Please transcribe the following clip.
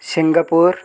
Singapore